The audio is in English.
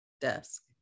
desk